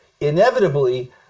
inevitably